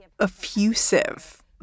effusive